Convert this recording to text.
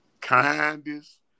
kindest